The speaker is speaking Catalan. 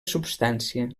substància